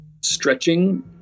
stretching